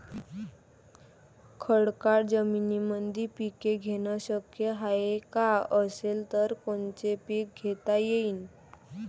खडकाळ जमीनीमंदी पिके घेणे शक्य हाये का? असेल तर कोनचे पीक घेता येईन?